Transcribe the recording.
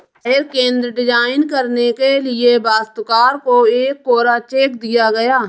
शहर केंद्र डिजाइन करने के लिए वास्तुकार को एक कोरा चेक दिया गया